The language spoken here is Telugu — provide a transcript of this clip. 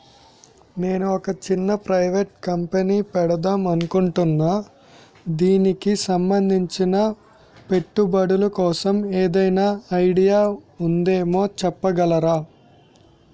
నేను ఒక చిన్న ప్రైవేట్ కంపెనీ పెడదాం అనుకుంటున్నా దానికి సంబందించిన పెట్టుబడులు కోసం ఏదైనా ఐడియా ఉందేమో చెప్పగలరా?